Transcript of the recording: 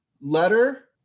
letter